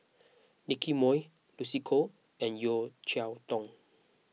Nicky Moey Lucy Koh and Yeo Cheow Tong